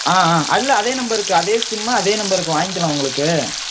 ஆ ஆ அல்ல அதே நம்பருக்கு அதே சிம்மு அதே நம்பருக்கு வாங்க்கலாம் உங்களுக்கு